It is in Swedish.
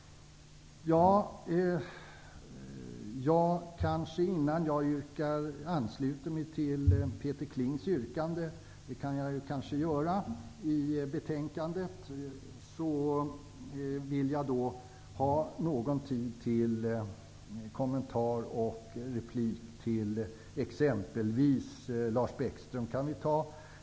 Innan jag ansluter mig till Peter Klings yrkande -- det kan jag kanske göra -- när det gäller det här betänkandet vill jag ägna någon tid åt kommentar och replik till exempelvis Lars Bäckström.